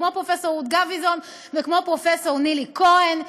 כמו פרופסור רות גביזון וכמו פרופסור נילי כהן,